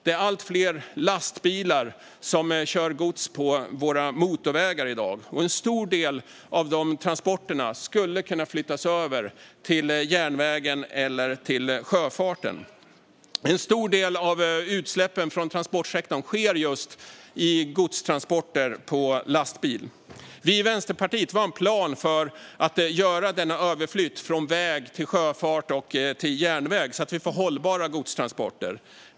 Det är allt fler lastbilar som kör gods på våra motorvägar i dag, och en stor del av dessa transporter skulle kunna flyttas över till järnvägen eller sjöfarten. En stor del av utsläppen från transportsektorn sker just genom godstransporter på lastbil. Vi i Vänsterpartiet har en plan för att göra överflyttningen från väg till sjöfart och järnväg så att vi får hållbara godstransporter.